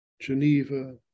Geneva